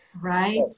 Right